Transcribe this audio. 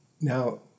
Now